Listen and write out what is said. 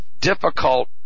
difficult